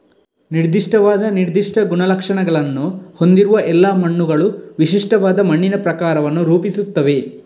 ನಿರ್ದಿಷ್ಟವಾದ ನಿರ್ದಿಷ್ಟ ಗುಣಲಕ್ಷಣಗಳನ್ನು ಹೊಂದಿರುವ ಎಲ್ಲಾ ಮಣ್ಣುಗಳು ವಿಶಿಷ್ಟವಾದ ಮಣ್ಣಿನ ಪ್ರಕಾರವನ್ನು ರೂಪಿಸುತ್ತವೆ